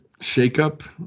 shakeup